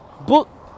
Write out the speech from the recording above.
book